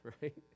right